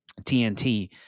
TNT